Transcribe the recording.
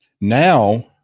Now